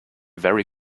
very